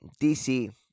DC